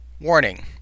Warning